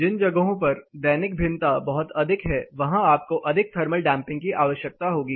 जिन जगहों पर दैनिक भिन्नता बहुत अधिक हैं वहां आपको अधिक थर्मल डैंपिंग की आवश्यकता होगी